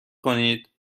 کنید